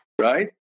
Right